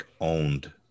owned